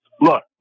look